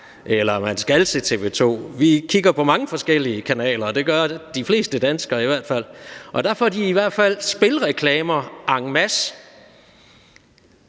eller at man skal se TV 2. Vi ser mange forskellige kanaler, det gør de fleste danskere i hvert fald, og der får de i hvert fald spilreklamer en masse,